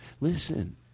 Listen